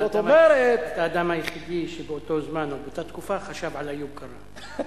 אתה האדם היחיד שבאותו זמן או באותה תקופה חשב על איוב קרא.